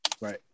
Right